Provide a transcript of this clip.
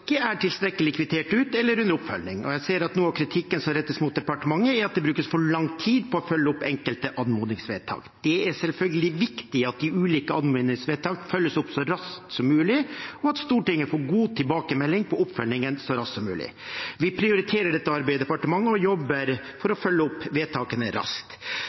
er tilstrekkelig kvittert ut eller under oppfølging, og jeg ser at noe av kritikken som rettes mot departementet, er at det brukes for lang tid på å følge opp enkelte anmodningsvedtak. Det er selvfølgelig viktig at de ulike anmodningsvedtakene følges opp så raskt som mulig, og at Stortinget får god tilbakemelding på oppfølgingen så raskt som mulig. Vi prioriterer dette arbeidet i departementet og jobber for å følge opp vedtakene raskt.